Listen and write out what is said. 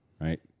Right